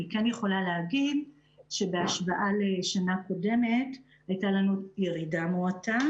אני כן יכולה להגיד שבהשוואה לשנה קודמת הייתה לנו עלייה מועטה